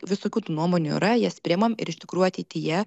visokių tų nuomonių yra jas priimam ir iš tikrųjų ateityje